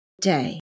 day